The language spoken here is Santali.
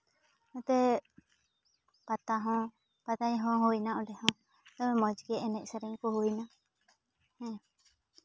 ᱟᱨ ᱱᱚᱛᱮ ᱯᱟᱛᱟ ᱦᱚᱸ ᱯᱟᱛᱟ ᱧᱮᱞ ᱦᱚᱸ ᱦᱩᱭᱱᱟ ᱚᱸᱰᱮ ᱦᱚᱸ ᱢᱚᱡᱽᱜᱮ ᱮᱱᱮᱡ ᱥᱮᱨᱮᱧ ᱠᱚ ᱦᱩᱭᱱᱟ ᱦᱮᱸ